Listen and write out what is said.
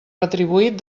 retribuït